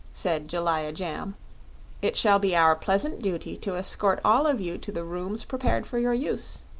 said jellia jamb it shall be our pleasant duty to escort all of you to the rooms prepared for your use.